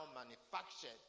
manufactured